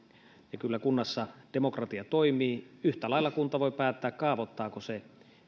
kyllä kunnassa demokratia toimii yhtä lailla kunta voi päättää kaavoittaako se